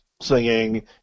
singing